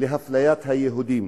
לאפליית היהודים.